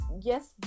yes